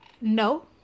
no